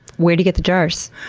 where do you get the jars?